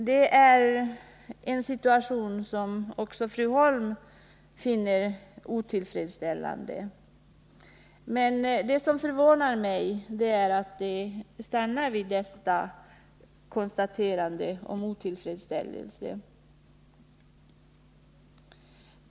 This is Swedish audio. Det är en situation som också fru Holm finner otillfredsställande, men det som förvånar mig är att hon stannar vid detta konstaterande.